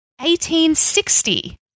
1860